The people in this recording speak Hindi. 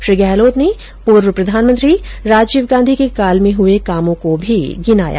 श्री गहलोत ने पूर्व प्रधानमंत्री राजीव गांधी के काल में हए कामों को भी गिनाया